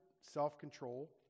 self-control